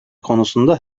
konusunda